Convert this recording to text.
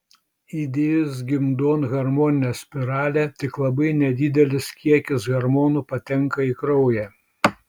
įdėjus gimdon hormoninę spiralę tik labai nedidelis kiekis hormonų patenka į kraują